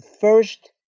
first